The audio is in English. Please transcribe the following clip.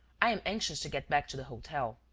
i am anxious to get back to the hotel.